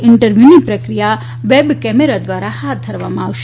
ઇન્ટરવ્યુની પ્રક્રિયા web camera ધ્વારા હાથ ધરવામાં આવશે